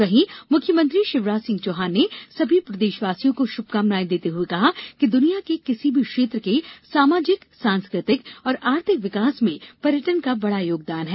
वहीं मुख्यमंत्री शिवराज सिंह चौहान ने सभी प्रदेशवासियों को शुभकामनाएं देते हुए कहा कि दुनिया के किसी भी क्षेत्र के सामाजिक सांस्कृतिक और आर्थिक विकास में पर्यटन का बड़ा योगदान है